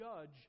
judge